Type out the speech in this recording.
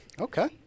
Okay